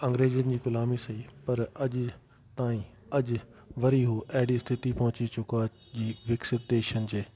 अंग्रेजनि जी ग़ुलामी सही पर अॼु ताईं अॼु वरी उहो अहिड़ी स्थिति पहुची चुको आहे जी विकसित देशनि जे